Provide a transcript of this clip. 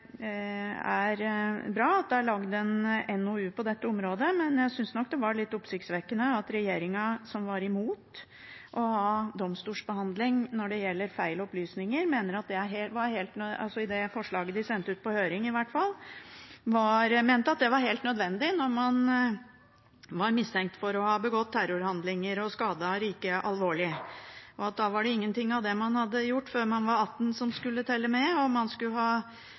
lagd en NOU på dette området, men jeg synes nok det var litt oppsiktsvekkende at regjeringen, som var imot å ha domstolsbehandling når det gjelder feil opplysninger – i det forslaget de sendte ut på høring i hvert fall – mente at det var helt nødvendig når man var mistenkt for å ha begått terrorhandlinger og skadet riket alvorlig. Da var det ingenting av det man hadde gjort før man var 18 som skulle telle med, og man skulle ha